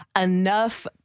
enough